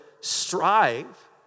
strive